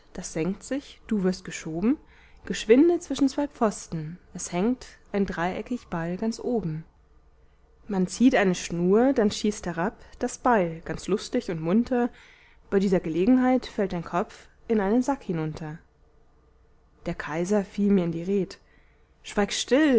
das senkt sich du wirst geschoben geschwinde zwischen zwei pfosten es hängt ein dreieckig beil ganz oben man zieht eine schnur dann schießt herab das beil ganz lustig und munter bei dieser gelegenheit fällt dein kopf in einen sack hinunter der kaiser fiel mir in die red schweig still